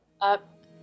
up